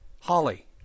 Holly